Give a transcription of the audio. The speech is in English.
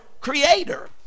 creator